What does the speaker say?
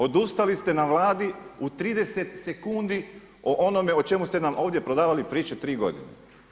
Odustali ste na Vladi u 30 sekundi o onome o čemu ste nam ovdje prodavali priče 3 godine.